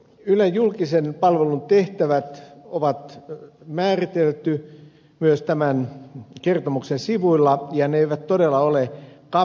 ylen julkisen palvelun tehtävät on määritelty myös tämän kertomuksen sivuilla ja ne eivät todella ole kapeat